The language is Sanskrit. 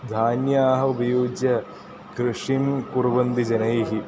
धान्यानि उपयुज्य कृषिं कुर्वन्ति जनैः